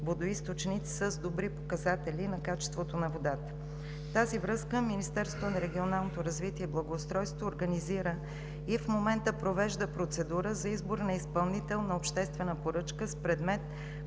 на повърхностни водоизточници с добри показатели на качеството на водата. В тази връзка Министерството на регионалното развитие и благоустройството организира и в момента провежда процедура за избор на изпълнител на обществена поръчка с предмет